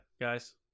guys